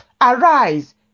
Arise